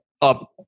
up